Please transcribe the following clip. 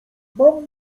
mam